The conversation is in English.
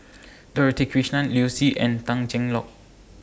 Dorothy Krishnan Liu Si and Tan Cheng Lock